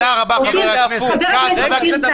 תודה רבה, חבר הכנסת כץ.